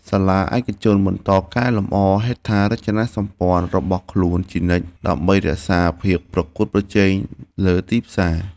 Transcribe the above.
សាលាឯកជនបន្តកែលម្អហេដ្ឋារចនាសម្ព័ន្ធរបស់ខ្លួនជានិច្ចដើម្បីរក្សាភាពប្រកួតប្រជែងលើទីផ្សារ។